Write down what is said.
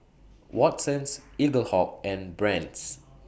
Watsons Eaglehawk and Brand's